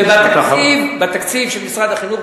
והתקציב של משרד החינוך,